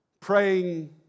praying